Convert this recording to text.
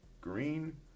Green